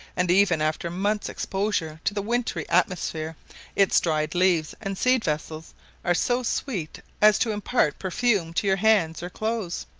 and even after months' exposure to the wintry atmosphere its dried leaves and seed-vessels are so sweet as to impart perfume to your hands or clothes.